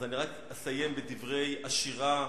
אז אני רק אסיים בדברי השירה,